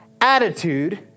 attitude